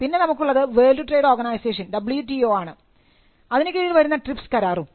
പിന്നെ നമുക്കുള്ളത് World Trade Organization ആണ് അതിനു കീഴിൽ വരുന്ന ട്രിപ്സ് കരാറും